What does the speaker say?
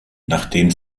nachdem